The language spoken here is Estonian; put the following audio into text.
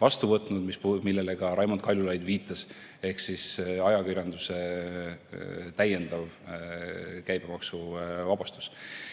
vastu võtnud, millele ka Raimond Kaljulaid viitas, see on ajakirjanduse täiendav käibemaksuvabastus.